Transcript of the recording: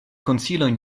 konsilojn